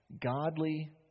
godly